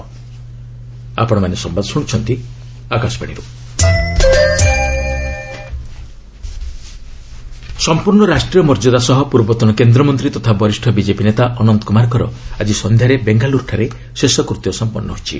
ଅନନ୍ତ କୁମାର ପୂର୍ଣ୍ଣ ରାଷ୍ଟ୍ରୀୟ ମର୍ଯ୍ୟାଦା ସହ ପୂର୍ବତନ କେନ୍ଦ୍ରମନ୍ତ୍ରୀ ତଥା ବରିଷ୍ଣ ବିଜେପି ନେତା ଅନନ୍ତ କୃମାରଙ୍କର ଆଜି ସନ୍ଧ୍ୟାରେ ବେଙ୍ଗାଲ୍ତରଠାରେ ଶେଷ କୃତ୍ୟ ସମ୍ପନ୍ନ ହୋଇଛି